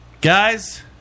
Guys